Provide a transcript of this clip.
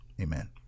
amen